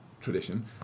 Tradition